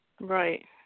Right